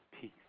peace